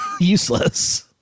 useless